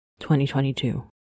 2022